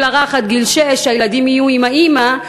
הרך: עד גיל שש הילדים יהיו עם האימא.